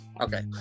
Okay